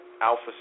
alpha